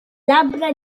labbra